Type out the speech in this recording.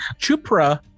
Chupra